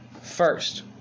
first